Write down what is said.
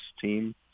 team